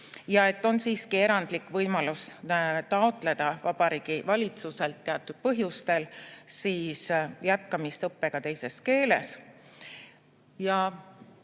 ja et on siiski erandlik võimalus taotleda Vabariigi Valitsuselt teatud põhjustel jätkamist õppega teises keeles.